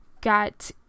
got